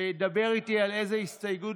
תאמר איתי על איזה הסתייגות,